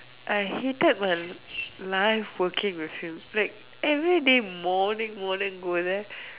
I hated my life working with him like everyday morning morning go there